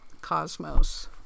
cosmos